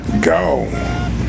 Go